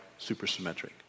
supersymmetric